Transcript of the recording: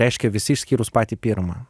reiškia visi išskyrus patį pirmą